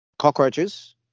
Cockroaches